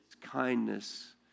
kindness